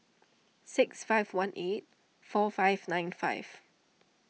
six five one eight four five nine five